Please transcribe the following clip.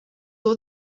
all